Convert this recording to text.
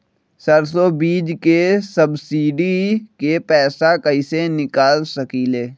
सरसों बीज के सब्सिडी के पैसा कईसे निकाल सकीले?